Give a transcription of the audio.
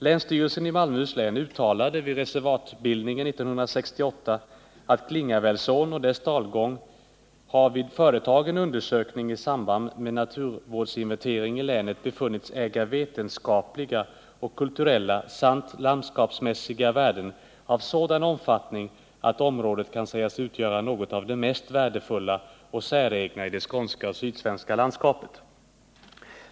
Länsstyrelsen i Malmöhus län uttalade vid reservatbildningen 1968 att Klingavälsån och dess dalgång har vid företagen undersökning i samband med naturvårdsinventering i länet befunnits äga vetenskapliga och kulturella samt landskapsmässiga värden av sådan omfattning att området kan sägas utgöra något av det mest värdefulla och säregna i det skånska och sydsvenska landskapet.